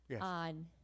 on